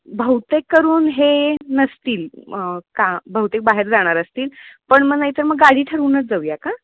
बहुतेक करून हे नसतील का बहुतेक बाहेर जाणार असतील पण मग नाहीत मग गाडी ठरवूनच जाऊया का